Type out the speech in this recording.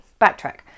backtrack